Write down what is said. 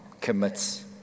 commits